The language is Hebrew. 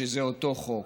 שזה אותו חוק.